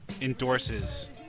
endorses